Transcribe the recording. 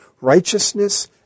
righteousness